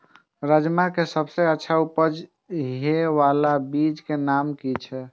राजमा के सबसे अच्छा उपज हे वाला बीज के नाम की छे?